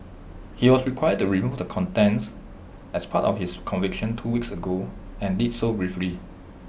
he was required to remove the contents as part of his conviction two weeks ago and did so briefly